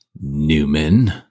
Newman